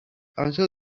until